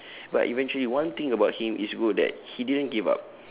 but eventually one thing about him it's good that he didn't give up